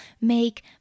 make